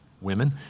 women